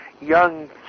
young